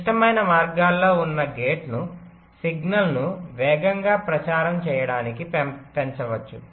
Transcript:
క్లిష్టమైన మార్గాల్లో ఉన్న గేట్లను సిగ్నల్ను వేగంగా ప్రచారం చేయడానికి పెంచవచ్చు